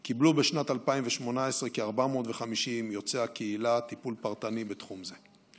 קיבלו בשנת 2018 כ-450 יוצאי הקהילה טיפול פרטני בתחום זה.